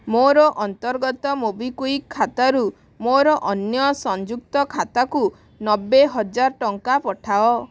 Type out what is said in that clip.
ମୋର ଅନ୍ତର୍ଗତ ମୋବିକ୍ଵିକ୍ ଖାତାରୁ ମୋର ଅନ୍ୟ ସଂଯୁକ୍ତ ଖାତାକୁ ନବେ ହଜାର ଟଙ୍କା ପଠାଅ